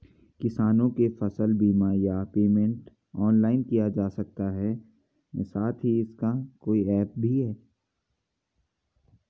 किसानों को फसल बीमा या पेमेंट ऑनलाइन किया जा सकता है साथ ही इसका कोई ऐप भी है?